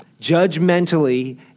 judgmentally